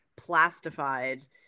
plastified